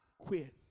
quit